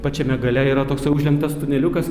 pačiame gale yra toksai užlenktas tuneliukas